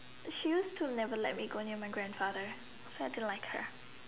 she used to never let me go near my grandfather so I didn't like her